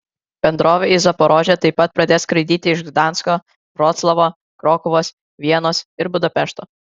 bendrovė į zaporožę taip pat pradės skraidyti iš gdansko vroclavo krokuvos vienos ir budapešto